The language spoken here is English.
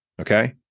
Okay